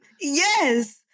Yes